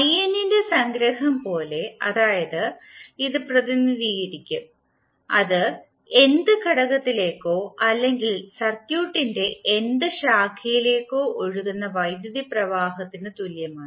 in ന്റെ സംഗ്രഹം പോലെ നിങ്ങൾ ഇത് പ്രതിനിധീകരിക്കും അത് nth ഘടകത്തിലേക്കോ അല്ലെങ്കിൽ സർക്യൂട്ടിന്റെ nth ശാഖയിലേക്കോ ഒഴുകുന്ന വൈദ്യുതി പ്രവാഹത്തിനു തുല്യമാണ്